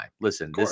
Listen